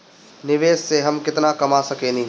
निवेश से हम केतना कमा सकेनी?